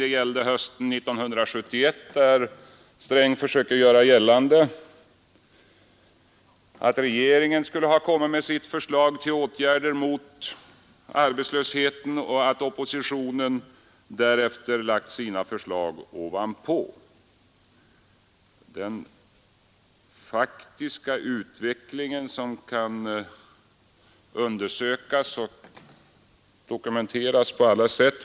Herr Sträng försöker göra gällande att regeringen hösten 1971 skulle ha lagt fram sitt förslag till åtgärder mot arbetslöshet och att oppositionen därefter lagt sina förslag ovanpå. Den faktiska utvecklingen var den rakt motsatta — det kan dokumenteras på alla sätt.